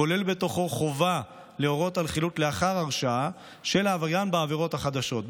כולל בתוכו חובה להורות על חילוט לאחר הרשעה של העבריין בעבירות החדשות.